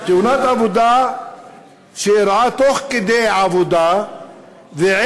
תאונת עבודה שאירעה תוך כדי עבודה ועקב